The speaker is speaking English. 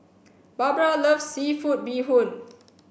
Barbara loves seafood bee hoon